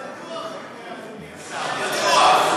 בטוח,